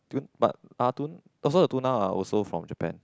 tun~ but ah tun~ also the Tuna are also from Japan